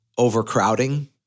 overcrowding